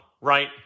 right